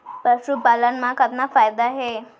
पशुपालन मा कतना फायदा हे?